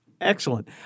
Excellent